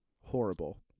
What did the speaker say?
horrible